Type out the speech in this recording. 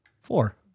Four